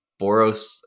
boros